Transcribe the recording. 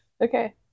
Okay